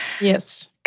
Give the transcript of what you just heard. Yes